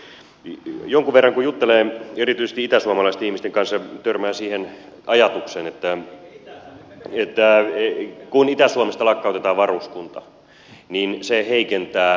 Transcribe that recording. jonkun verran kun juttelee erityisesti itäsuomalaisten ihmisten kanssa törmää siihen ajatukseen että kun itä suomesta lakkautetaan varuskunta niin se heikentää maan puolustusta